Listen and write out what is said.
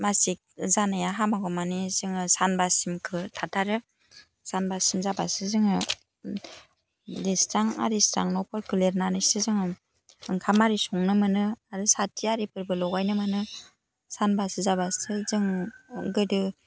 मासिक जानाया हामागौमानि जोङो सानबासिमखौ थाथारो सानबासिम जाबासो जोङो लिरस्रां आरिस्रां न'फोरखौ लिरनानैसो जोङो ओंखाम आरि संनो मोनो आरो साथि आरिफोरबो लगायनो मोनो सानबासो जाबासो जों गोदो